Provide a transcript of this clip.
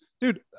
dude